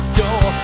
door